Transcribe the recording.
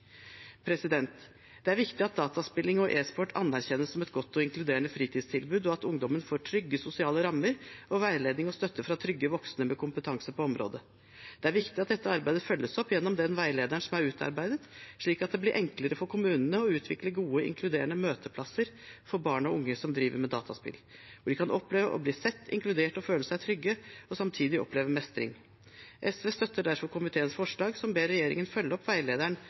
Det er viktig at dataspilling og e-sport anerkjennes som et godt og inkluderende fritidstilbud, og at ungdommen får trygge sosiale rammer og veiledning og støtte fra trygge voksne med kompetanse på området. Det er viktig at dette arbeidet følges opp gjennom den veilederen som er utarbeidet, slik at det blir enklere for kommunene å utvikle gode, inkluderende møteplasser for barn og unge som driver med dataspill, hvor de kan oppleve å bli sett, inkludert og føle seg trygge, og samtidig oppleve mestring. SV støtter derfor komiteens forslag, som ber regjeringen følge opp veilederen